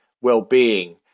well-being